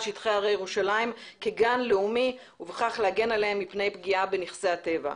שטחי הרי ירושלים כגן לאומי ובכך להגן עליהם מפני פגיעה בנכסי הטבע.